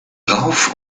rauf